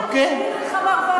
בלי נהג, יסביר לך מר וקנין.